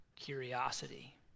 curiosity